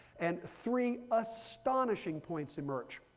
and three astonishing points emerge.